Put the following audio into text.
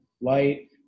light